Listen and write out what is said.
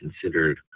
considered